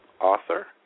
author